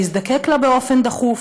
להזדקק לה באופן דחוף.